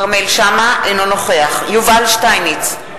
אינו נוכח יובל שטייניץ,